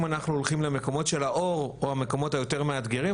אנחנו הולכים למקומות של האור או המקומות היותר מאתגרים,